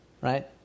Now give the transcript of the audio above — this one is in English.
right